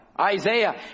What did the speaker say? Isaiah